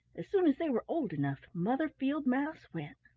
as soon as they were old enough, mother field-mouse went.